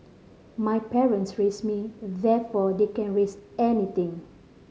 my parents raised me therefore they can raise anything